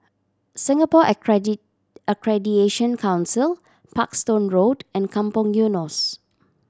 Singapore Accreditation Council Parkstone Road and Kampong Eunos